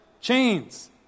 chains